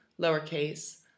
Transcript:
lowercase